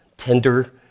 tender